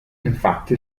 infatti